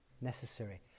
necessary